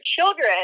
children